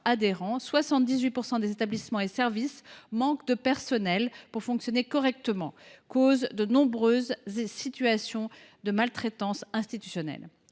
78 % des établissements et services manquent de personnels pour fonctionner correctement, ce qui provoque de nombreuses situations de maltraitance institutionnelle.